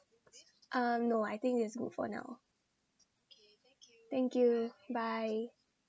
um no I think it's good for now thank you bye